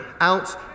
out